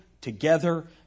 together